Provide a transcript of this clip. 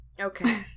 okay